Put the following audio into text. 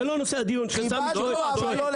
זה לא נושא הדיון, שסמי שואל ושואל.